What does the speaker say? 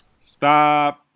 Stop